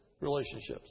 relationships